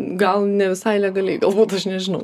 gal ne visai legaliai galbūt aš nežinau